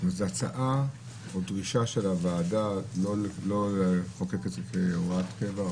זאת הצעה או דרישה של הוועדה לא לחוקק את זה כהוראת קבע,